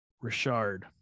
Richard